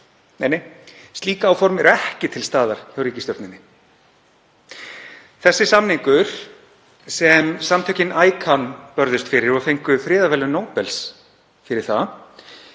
Nei, slík áform eru ekki til staðar hjá ríkisstjórninni. Þessi samningur, sem samtökin ICAN börðust fyrir og fengu friðarverðlaun Nóbels fyrir,